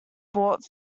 brought